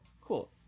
cool